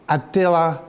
Attila